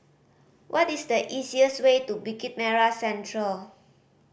what is the easiest way to Bukit Merah Central